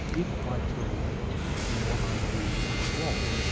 if i tell the lie, then what i do is wrong.